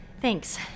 Thanks